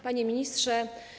Panie Ministrze!